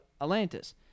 Atlantis